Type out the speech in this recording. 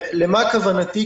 למה כוונתי?